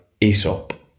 Aesop